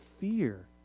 fear